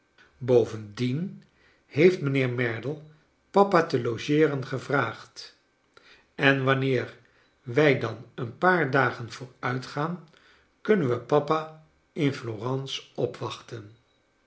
bovendien heeft mijnheer merdle papa te logeeren gevraagd en wanneer wij dan een paar dagen vooruitgaan kunnen we papa in florence opwachten